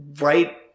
right